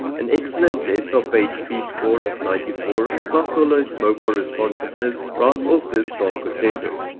an excellent desktop page speed score of ninety four plus solid mobile responsiveness rounds off this strong contender.